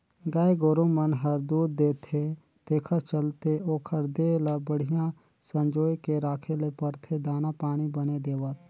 गाय गोरु मन हर दूद देथे तेखर चलते ओखर देह ल बड़िहा संजोए के राखे ल परथे दाना पानी बने देवत